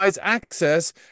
access